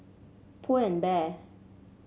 Pull and Bear